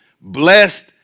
Blessed